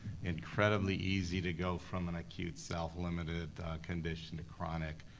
incredibly easy to go from an acute, self-limited condition to chronic.